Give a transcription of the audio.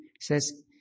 says